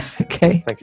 Okay